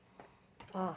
oh